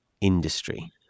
industry